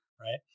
right